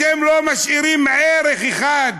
אתם לא משאירים ערך אחד,